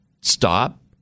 stop